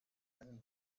einen